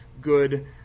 good